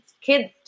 kids